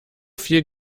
viel